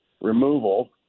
removal